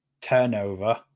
turnover